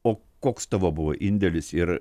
o koks tavo buvo indėlis ir